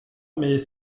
mais